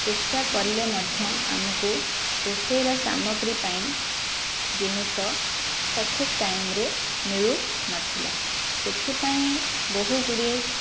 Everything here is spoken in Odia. ଚେଷ୍ଟା କଲେ ମଧ୍ୟ ଆମକୁ ରୋଷେଇର ସାମଗ୍ରୀ ପାଇଁ ଜିନିଷ ସଠିକ୍ ଟାଇମ୍ରେ ମିଳୁନଥିଲା ସେଥିପାଇଁ ବହୁଗୁଡ଼ିଏ